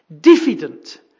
diffident